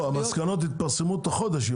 והמסקנות יתפרסמו תוך חודש?